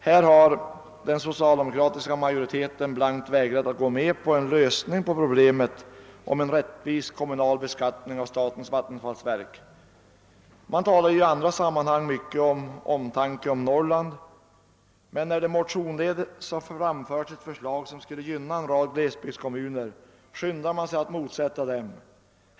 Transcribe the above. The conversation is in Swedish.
Här har den socialdemokratiska majoriteten blankt vägrat att gå med på en lösning av problemet om en rättvis kommunal beskattning av statens vattenfallsverk. Man talar i andra sammanhang mycket om sin omtanke om Norrland, men när det motionsledes framförts förslag, som skulle gynna en rad glesbygdskommuner, skyndar man sig att motsätta sig dessa förslag.